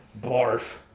Barf